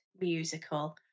musical